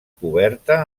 coberta